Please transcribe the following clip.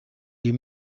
die